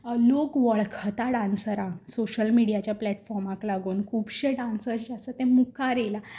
लोक वळखता डान्सरांक सोशल मिडियाच्या प्लेटफॉर्माक लागून खुबशे डान्सर्स जे आसात ते मुखार येयला